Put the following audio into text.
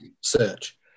search